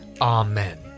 Amen